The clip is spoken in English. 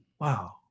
wow